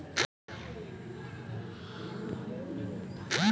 व्यावसायिक ऋण लेबय लेल व्यवसायी कें ऋण चुकाबै के क्षमता साबित करय पड़ै छै